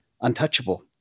untouchable